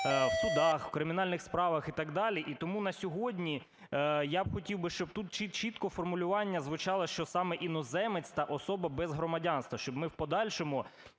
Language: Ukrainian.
в судах, в кримінальних справах і так далі. І тому на сьогодні я б хотів би, щоб тут чітко формулювання звучало, що саме іноземець та особа без громадянства, щоб ми в подальшому